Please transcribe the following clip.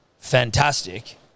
Fantastic